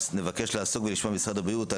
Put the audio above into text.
נבקש לעסוק ולשמוע ממשרד הבריאות על